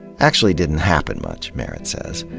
actually didn't happen much, merritt says.